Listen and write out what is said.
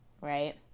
right